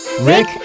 Rick